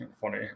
funny